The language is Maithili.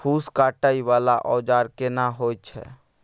फूस काटय वाला औजार केना होय छै?